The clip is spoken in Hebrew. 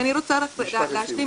אני רוצה להשלים.